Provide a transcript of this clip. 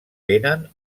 tenen